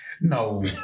No